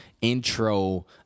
intro